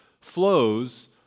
flows